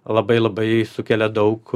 labai labai sukelia daug